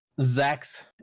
Zach's